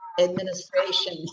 administration